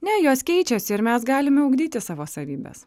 ne jos keičiasi ir mes galime ugdyti savo savybes